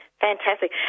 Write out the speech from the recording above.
Fantastic